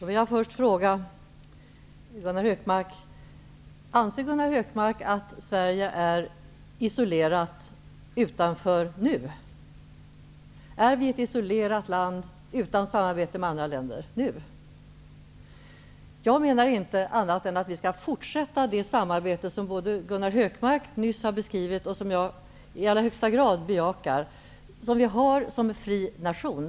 Fru talman! Jag vill först fråga: Anser Gunnar Hökmark att Sverige nu är isolerat och utanför? Är vi nu ett isolerat land utan samarbete med andra länder? Jag menar inte annat än att vi skall fortsätta det samarbete som Gunnar Hökmark nyss har beskrivit och som jag i allra högsta grad bejakar, det samarbete som vi bedriver som en fri nation.